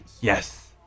Yes